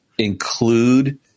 include